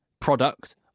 product